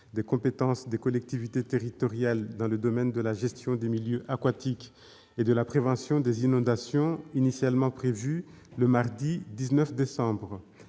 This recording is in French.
des compétences des collectivités territoriales dans le domaine de la gestion des milieux aquatiques et de la prévention des inondations, initialement prévue le mardi 19 décembre,